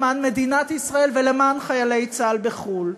למען מדינת ישראל ולמען חיילי צה"ל בחו"ל.